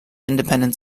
independent